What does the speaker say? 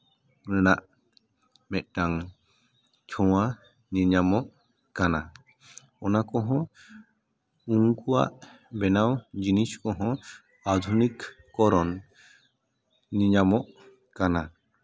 ᱨᱮᱱᱟᱜ ᱢᱤᱫᱴᱟᱱ ᱪᱷᱳᱣᱟ ᱧᱮᱧᱟᱢᱚᱜ ᱠᱟᱱᱟ ᱚᱱᱟ ᱠᱚᱦᱚᱸ ᱩᱱᱠᱩᱣᱟᱜ ᱵᱮᱱᱟᱣ ᱡᱤᱱᱤᱥ ᱠᱚᱦᱚᱸ ᱟᱹᱫᱷᱩᱱᱤᱠ ᱠᱚᱨᱚᱱ ᱧᱮᱧᱟᱢᱚᱜ ᱠᱟᱱᱟ